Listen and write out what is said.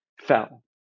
fell